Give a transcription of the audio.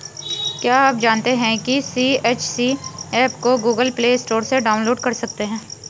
क्या आप जानते है सी.एच.सी एप को गूगल प्ले स्टोर से डाउनलोड कर सकते है?